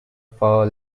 for